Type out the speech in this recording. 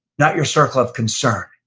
not your circle of concern.